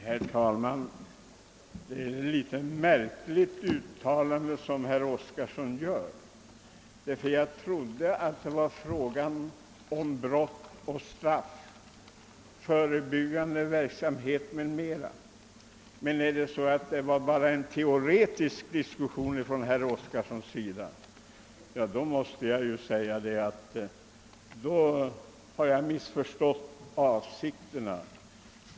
Herr talman! Detta var ett märkligt uttalande av herr Oskarson. Jag trodde att diskussionen rörde sig om brott, straff och brottsförebyggande verksamhet. Om den diskussion herr Oskarson för bara är teoretisk, så har jag missförstått saken.